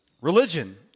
Religion